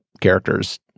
character's